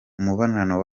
umubano